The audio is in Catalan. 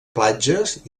platges